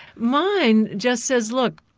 mine just says look,